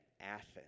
Athens